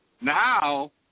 now